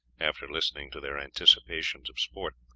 after listening to their anticipations of sport.